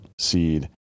seed